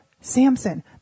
Samson